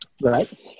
Right